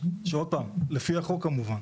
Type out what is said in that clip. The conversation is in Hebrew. עוד פעם, לפי החוק כמובן.